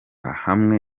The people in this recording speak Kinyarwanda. hamwe